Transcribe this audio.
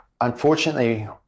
Unfortunately